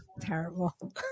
Terrible